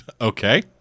Okay